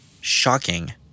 shocking